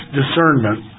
discernment